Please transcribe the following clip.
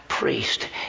Priest